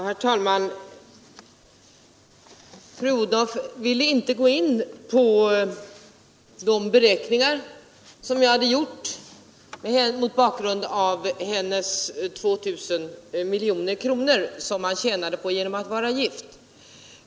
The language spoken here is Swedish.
Herr talman! Fru Odhnoff ville inte gå in på de beräkningar som jag hade gjort mot bakgrund av hennes 2 000 miljoner kronor som man skulle tjäna på att vara gift.